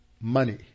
money